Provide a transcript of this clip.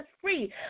free